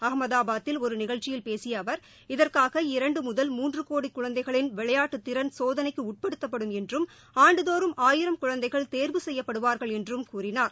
அகமதாபாதில் ஒரு நிகழ்ச்சியில் பேசிய அவர் இதற்காக இரண்டு முதல் மூன்று கோடி குழந்தைகளின் விளையாட்டு திறன் சோதனைக்கு உட்படுத்தப்படுவார்கள் என்றும் ஆண்டுதோறும் ஆயிரம் குழந்தைகள் தேர்வு செய்யப்படுவார்கள் என்றும் கூறினார்